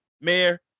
mayor